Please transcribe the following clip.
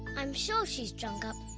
i'm sure she's drunk up